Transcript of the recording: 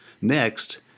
Next